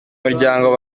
muryango